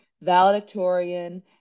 valedictorian